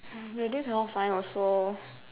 really cannot find also